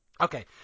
Okay